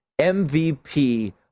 MVP